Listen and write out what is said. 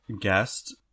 guest